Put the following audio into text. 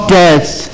death